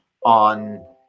On